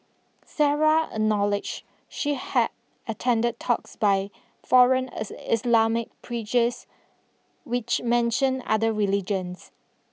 Sarah acknowledged she had attended talks by foreign Islamic preachers which mentioned other religions